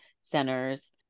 centers